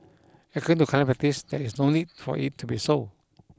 according to current practice there is no need for it to be so